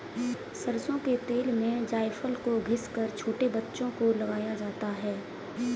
सरसों के तेल में जायफल को घिस कर छोटे बच्चों को लगाया जाता है